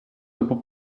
dopo